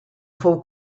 fou